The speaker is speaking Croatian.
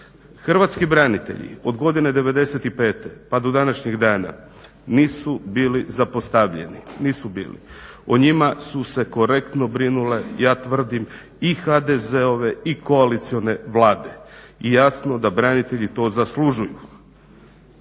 Hrvatski branitelji od godine 95. pa do današnjih dana nisu bili zapostavljeni, nisu bili. O njima su se korektno brinule ja tvrdim i HDZ-ove i koalicione Vlade i jasno da branitelji to zaslužuju.